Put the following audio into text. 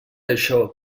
això